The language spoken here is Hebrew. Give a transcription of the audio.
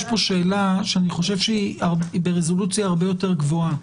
יש פה שאלה שאני חושב שהיא ברזולוציה הרבה יותר גבוהה.